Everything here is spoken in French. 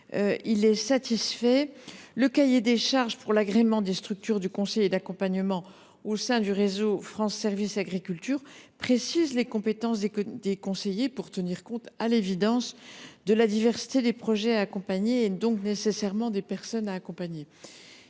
est satisfait. Le cahier des charges pour l’agrément des structures de conseil et d’accompagnement au sein du réseau France Services Agriculture précise les compétences des conseillers pour tenir compte de la diversité des projets et donc de celle des personnes à accompagner.